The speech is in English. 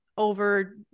over